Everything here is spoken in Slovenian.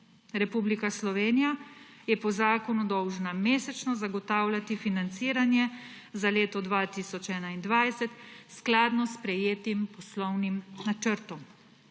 Republika Slovenija dolžna mesečno zagotavljati financiranje za leto 2021 skladno s poslovnim načrtom.